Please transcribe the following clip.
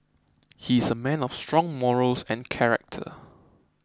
he's a man of strong morals and character